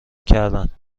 کردند